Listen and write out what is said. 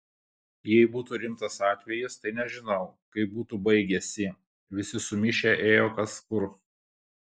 jei būtų rimtas atvejis tai nežinau kaip būtų baigęsi visi sumišę ėjo kas kur